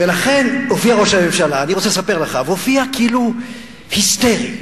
הופיע ראש הממשלה, והופיע כאילו היסטרי.